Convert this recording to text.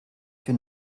für